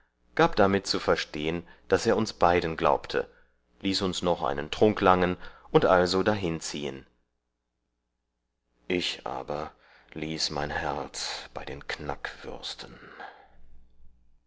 gab damit zu verstehen daß er uns beiden glaubte ließ uns noch einen trunk langen und also dahinziehen ich aber ließ mein herz bei den